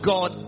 God